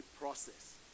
process